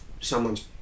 someone's